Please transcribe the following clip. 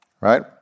right